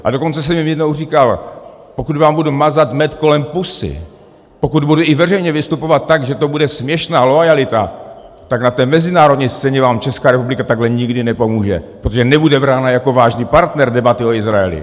A dokonce jsem jim jednou říkal: pokud vám budu mazat med kolem pusy, pokud budu i veřejně vystupovat tak, že to bude směšná loajalita, tak na té mezinárodní scéně vám Česká republika takhle nikdy nepomůže, protože nebude brána jako vážný partner debaty o Izraeli.